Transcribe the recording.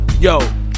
Yo